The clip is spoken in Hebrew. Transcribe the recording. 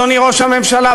אדוני ראש הממשלה,